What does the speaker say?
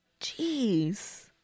Jeez